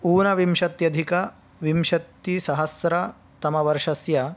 ऊनविंशत्यधिकविंशतिसहस्रतमवर्षस्य